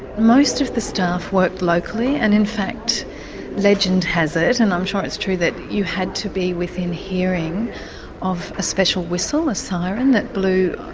most of the staff worked locally and in fact legend has it, and i'm sure it's true, that you had to be within hearing of a special whistle, a siren that blew.